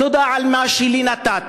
תודה על מה שלי נתת".